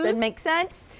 and makes sense?